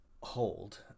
hold